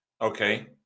okay